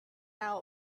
now